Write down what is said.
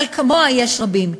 אבל כמוה יש רבים.